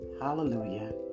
Hallelujah